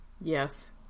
Yes